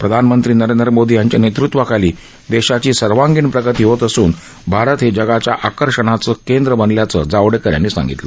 प्रधानमंत्री नरेंद्र मोदी यांच्या नेतृत्वाखाली देशाची सर्वांगीण प्रगती होत असून भारत हे जगाच्या आकर्षणाचं केंद्र बनल्याचं जावडेकर यांनी सांगितलं